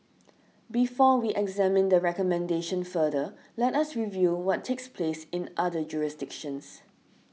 before we examine the recommendation further let us review what takes place in other jurisdictions